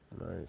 Nice